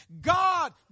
God